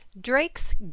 Drake's